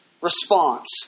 response